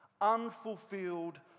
unfulfilled